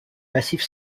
massifs